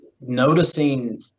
noticing